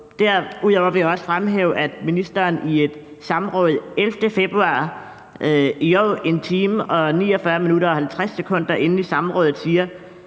Derudover vil jeg også fremhæve, at ministeren i et samråd 11. februar i år 1 time, 49 minutter og 50 sekunder inde i samrådet siger